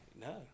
no